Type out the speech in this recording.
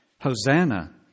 Hosanna